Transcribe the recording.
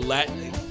Latin